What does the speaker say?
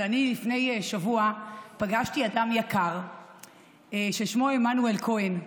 אבל אני לפני שבוע פגשתי אדם יקר ששמו עמנואל כהן.